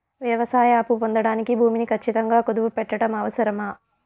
వ్యవసాయ అప్పు పొందడానికి భూమిని ఖచ్చితంగా కుదువు పెట్టడం అవసరమా?